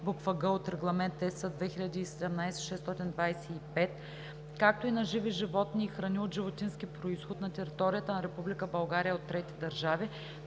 буква „г“ от Регламент (ЕС) 2017/625, както и на живи животни и храни от животински произход на територията на Република България от трети държави,